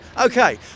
Okay